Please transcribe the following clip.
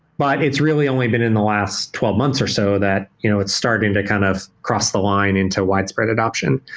but it's really only been in the last twelve months or so that you know it's starting to kind of cross the line into a widespread adoption,